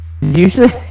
Usually